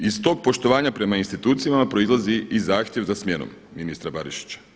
Iz tog poštovanja prema institucijama proizlazi i zahtjev za smjenom ministra Barišića.